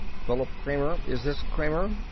philip kramer? is this kramer?